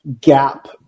gap